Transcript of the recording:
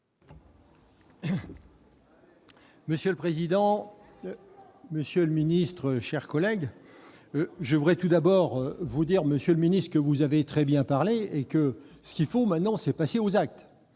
Monsieur le président, monsieur le ministre, chers collègues, je voudrais tout d'abord vous dire, monsieur le ministre, que vous avez très bien parlé. Maintenant, il faut passer aux actes